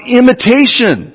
imitation